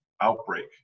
outbreak